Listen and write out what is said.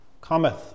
cometh